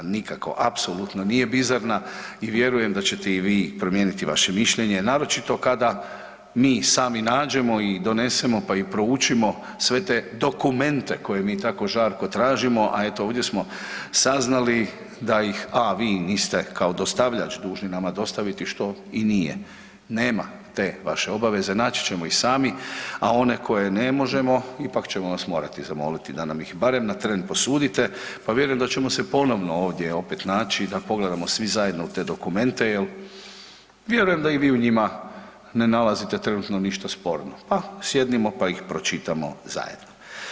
Nikako, apsolutno nije bizarna i vjerujem da ćete i vi promijeniti vaše mišljenje, naročito kada mi sami nađemo i donesemo, pa i proučimo sve te dokumente koje mi tako žarko tražimo, a eto ovdje smo saznali da ih, a vi niste kao dostavljač dužni nama dostaviti, što i nije, nema te vaše obaveze, naći ćemo ih sami, a one koje ne možemo ipak ćemo vas morati zamoliti da nam ih barem na tren posudite, pa vjerujem da ćemo se ponovno ovdje opet naći da pogledamo svi zajedno u te dokumente jel vjerujem da i vi u njima ne nalazite trenutno ništa sporno, pa sjednimo, pa ih pročitamo zajedno.